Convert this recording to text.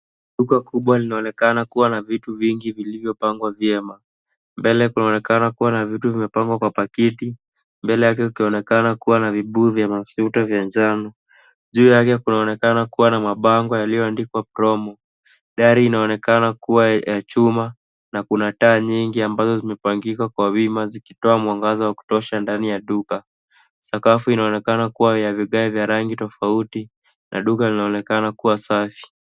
Duka kubwa linaonekana kuwa na vitu vingi vilivyopangwa vyema. Mbele kunaonekana kuwa na vitu vilivyopangwa kwa paketi. Mbele yake ukionekana kuwa na vibuyu vya mafuta vya njano. Juu yake kunaonekana kuwa na mabango yaliyoandikwa promo . Dari inaonekana kuwa ya chuma na kuna taa nyingi ambazo zimepangika kwa wima zikitoa mwangaza wa kutosha ndani ya duka. Sakafu inaonekana kuwa ya vigae vya rangi tofauti na duka linaonekana kuwa safi.